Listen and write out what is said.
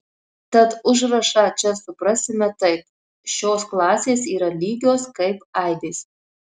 tad užrašą čia suprasime taip šios klasės yra lygios kaip aibės